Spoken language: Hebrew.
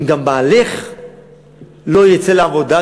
אם בעלך לא יצא לעבודה,